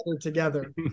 together